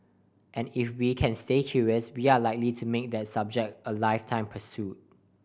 and if we can stay curious we are likely to make that subject a lifetime pursuit